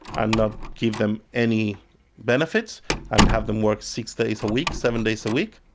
and not give them any benefits and have them work six days a week, seven days a week.